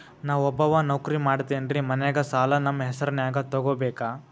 ನಾ ಒಬ್ಬವ ನೌಕ್ರಿ ಮಾಡತೆನ್ರಿ ಮನ್ಯಗ ಸಾಲಾ ನಮ್ ಹೆಸ್ರನ್ಯಾಗ ತೊಗೊಬೇಕ?